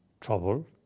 trouble